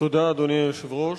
אדוני היושב-ראש,